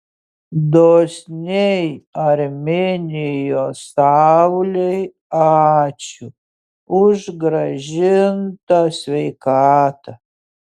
dosniai armėnijos saulei ačiū už grąžintą sveikatą